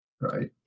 Right